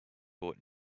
bought